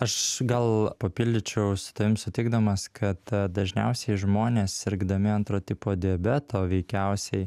aš gal papildyčiau su tavim sutikdamas kad dažniausiai žmonės sirgdami antro tipo diabeto veikiausiai